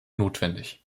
notwendig